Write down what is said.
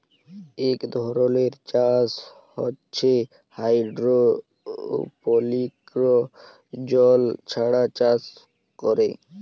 ইক ধরলের চাষ হছে হাইডোরোপলিক্স জল ছাড়া চাষ ক্যরে